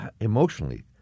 emotionally